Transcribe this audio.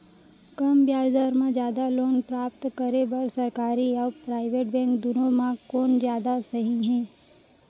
कम ब्याज दर मा जादा लोन प्राप्त करे बर, सरकारी अऊ प्राइवेट बैंक दुनो मा कोन जादा सही हे?